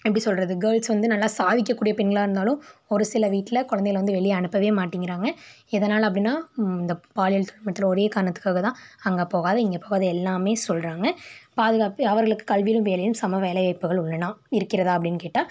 எப்படி சொல்கிறது கேர்ள்ஸ் வந்து நல்லா சாதிக்கக்கூடிய பெண்களாக இருந்தாலும் ஒரு சில வீட்டில் குழந்தைங்கள வந்து வெளியே அனுப்பவே மாட்டங்கிறாங்க எதனால அப்படின்னா இந்த பாலியல் துன்புறுத்தல் ஒரே காரணத்துக்காகதான் அங்கே போகாத இங்கே போகாத எல்லாம் சொல்கிறாங்க பாதுகாப்பு அவர்களுக்கு கல்வியிலேயும் வேலைலேயும் சம வேலைவாய்ப்புகள் உள்ளன இருக்கிறதா அப்டின்னு கேட்டால்